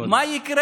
לאומי.